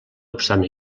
obstant